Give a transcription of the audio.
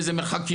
לאיזה מרחקים,